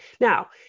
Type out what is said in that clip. Now